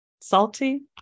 salty